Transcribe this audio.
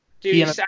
Dude